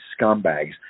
scumbags